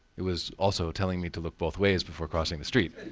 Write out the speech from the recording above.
it was also telling me to look both ways before crossing the street.